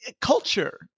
culture